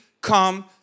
come